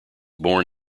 born